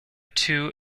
two